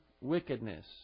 wickedness